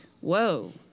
whoa